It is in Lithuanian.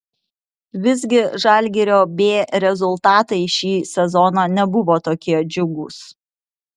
visgi žalgirio b rezultatai šį sezoną nebuvo tokie džiugūs